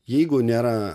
jeigu nėra